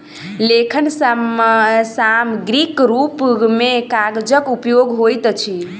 लेखन सामग्रीक रूप मे कागजक उपयोग होइत अछि